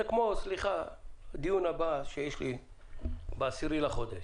זה כמו הדיון הבא שיש לי ב-10 בחודש